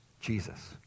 Jesus